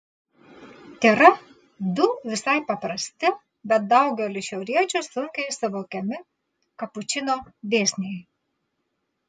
tėra du visai paprasti bet daugeliui šiauriečių sunkiai suvokiami kapučino dėsniai